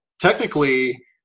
technically